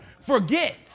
forget